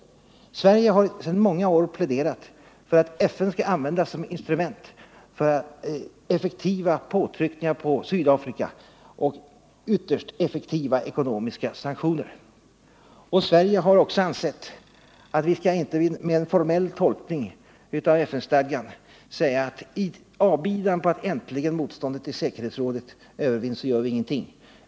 Sverige har sedan många år pläderat för att FN skall användas som instrument för kraftfulla påtryckningar på Sydafrika och effektiva ekonomiska sanktioner. Sverige har också ansett att vi inte med någon formell tolkning av FN-stadgan skall säga, att i avbidan på att motståndet i säkerhetsrådet äntligen övervinns gör vi ingenting.